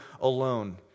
alone